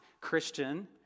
Christian